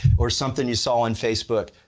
or something you saw on facebook.